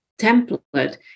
template